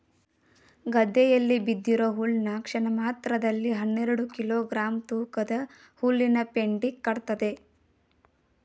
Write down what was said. ಗದ್ದೆಯಲ್ಲಿ ಬಿದ್ದಿರೋ ಹುಲ್ನ ಕ್ಷಣಮಾತ್ರದಲ್ಲಿ ಹನ್ನೆರೆಡು ಕಿಲೋ ಗ್ರಾಂ ತೂಕದ ಹುಲ್ಲಿನಪೆಂಡಿ ಕಟ್ತದೆ